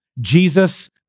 Jesus